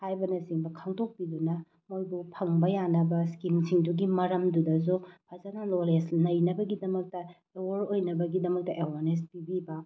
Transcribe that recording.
ꯍꯥꯏꯕꯅꯆꯤꯡꯕ ꯈꯪꯗꯣꯛꯄꯤꯗꯨꯅ ꯃꯣꯏꯕꯨ ꯐꯪꯕ ꯌꯥꯅꯕ ꯏꯁꯀꯤꯝꯁꯤꯡꯗꯨꯒꯤ ꯃꯔꯝꯗꯨꯗꯁꯨ ꯐꯖꯅ ꯅꯣꯂꯦꯖ ꯂꯩꯅꯕꯒꯤꯗꯃꯛꯇ ꯑꯦꯋꯥꯔ ꯑꯣꯏꯅꯕꯒꯤꯗꯃꯛꯇ ꯑꯦꯋꯥꯔꯅꯦꯁ ꯄꯤꯕꯤꯕ